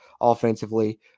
offensively